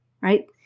right